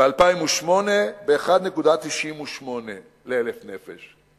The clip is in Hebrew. ב-2008 היו 1.98 מיטות ל-1,000 נפש.